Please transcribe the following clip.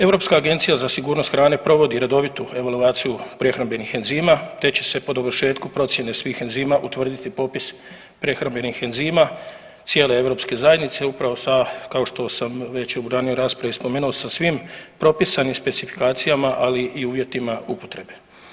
Europska agencija za sigurnost hrane provodi redovitu evaluaciju prehrambenih enzima te će se po dovršetku procjene svih enzima utvrditi popis prehrambenih enzima cijele EZ-a upravo sa kao što sam već u ranijoj raspravi spomenuo sa svim propisanim specifikacijama, ali i uvjetima upotrebe.